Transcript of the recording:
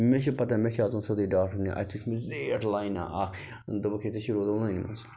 مےٚ چھِ پتہ مےٚ چھِ اَژُن سیوٚدُے ڈاکٹر نِش اَتہِ وٕچھ مےٚ زیٖٹھ لاینا اَکھ دوٚپُکھ ہے ژےٚ چھی روزُن لٲنہِ منٛز